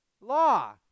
law